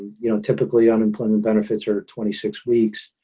you know, typically unemployment benefits are twenty six weeks.